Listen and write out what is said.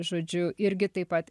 žodžiu irgi taip pat